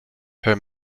her